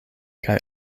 kaj